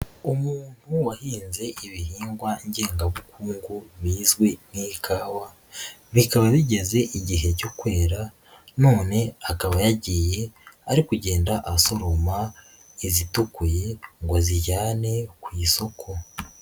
Umuntu wahinze ibihingwa ngengabukungu bizwi nk'ikawa, bikaba bigeze igihe cyo kwera none akaba yagiye ari kugenda asoroma izitukuye ngo azijyane ku isoko.